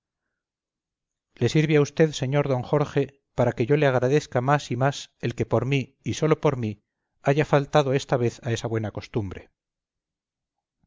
le sirve a usted señor d jorge para que yo le agradezca más y más el que por mí y sólo por mí haya faltado esta vez a esa buena costumbre